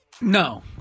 No